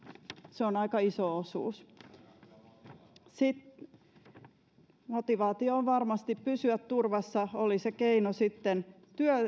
se on aika iso osuus motivaatio on varmasti pysyä turvassa oli se keino sitten